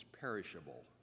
perishable